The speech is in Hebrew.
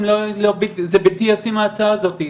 זה בלתי ישים ההצעה הזאת.